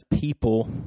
people